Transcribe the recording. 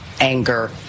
anger